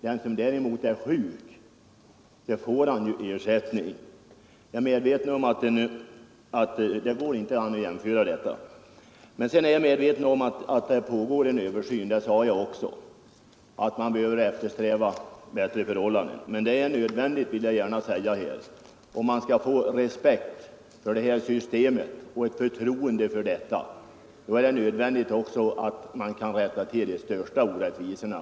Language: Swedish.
Den som är sjuk får däremot ersättning. Det går inte att jämföra dessa båda ersättningsformer. Jag är medveten om att det pågår en översyn — det sade jag också — och det är nödvändigt att eftersträva bättre förhållanden. Om man skall få respekt och förtroende för systemet, är det nödvändigt att rätta till de största orättvisorna.